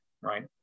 right